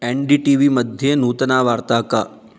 N D T V मध्ये नूतना वार्ता का